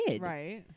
Right